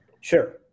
Sure